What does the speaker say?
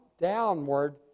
downward